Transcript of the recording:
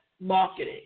marketing